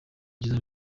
mukiza